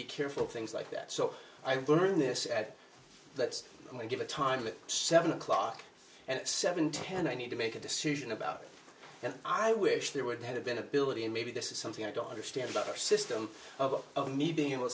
be careful things like that so i've learned this at let's give it time it seven o'clock and seven ten i need to make a decision about it and i wish there would have been ability and maybe this is something i don't understand about our system of of me